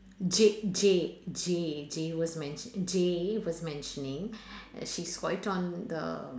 Jay Jay Jay Jay was mention~ Jay was mentioning she's quite on the